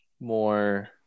more